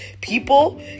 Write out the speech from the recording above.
people